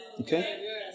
Okay